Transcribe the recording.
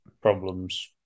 problems